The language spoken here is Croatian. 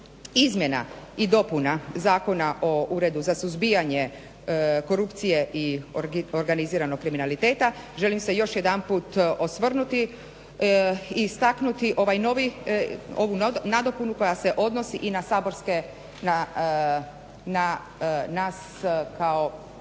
izmjena i dopuna Zakona o Uredu za suzbijanje korupcije i organiziranog kriminaliteta želim se još jedanput osvrnuti i istaknuti ovu nadopunu koja se odnosi i na saborske, na nas kao